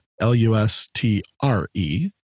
L-U-S-T-R-E